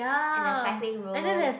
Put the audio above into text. and the cycling road